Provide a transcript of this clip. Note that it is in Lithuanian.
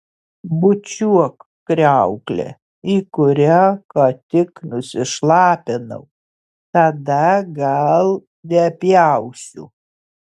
bučiuok kriauklę į kurią ką tik nusišlapinau tada gal nepjausiu